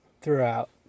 throughout